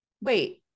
wait